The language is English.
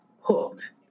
hooked